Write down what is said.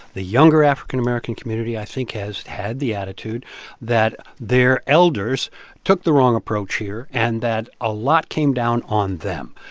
the younger african american community, i think, has had the attitude that their elders took the wrong approach here and that a lot came down on them.